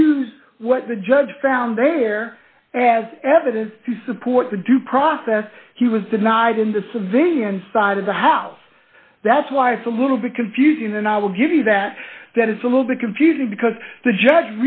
use what the judge found there as evidence to support the due process he was denied in the civilian side of the house that's why it's a little bit confusing and i will give you that that it's a little bit confusing because the judge